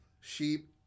sheep